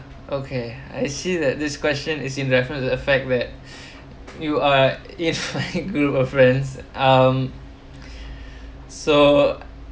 okay I see that this question is in reference effect that you are you know a group of friends um so